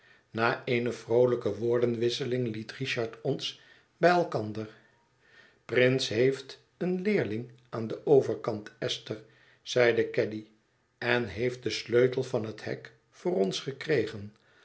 na eene vroolijke woordenwisseling liet richard ons bij elkander prince heeft een leerling aan den overkant esther zeide caddy en heeft den sleutel van het hek voor ons gekregen